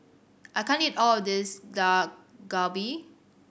I can't eat all of this Dak Galbi